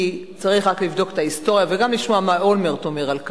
צריך לבדוק את ההיסטוריה וגם לשמוע מה אולמרט אומר על כך.